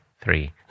three